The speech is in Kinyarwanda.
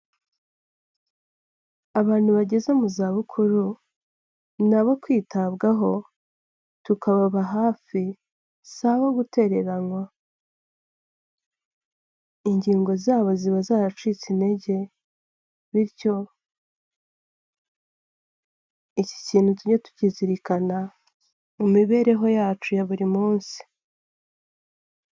Abantu bageze mu za bukuru ni abo kwitabwaho tukababababa hafi, si abo gutereranwa, ingingo zabo ziba zaracitse intege, bityo iki kintu tujye tukizirikana mu mibereho yacu ya buri munsi.